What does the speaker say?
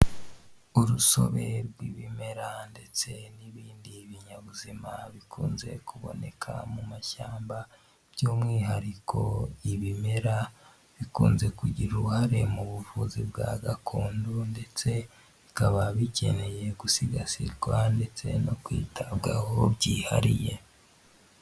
Urusobe rw'ibimera ndetse n'ibindi binyabuzima, bikunze kuboneka mu mashyamba by'umwihariko ibimera bikunze kugira uruhare mu buvuzi bwa gakondo; ndetse bikaba bikeneye gusigasirwa ndetse no kwitabwaho byihariye.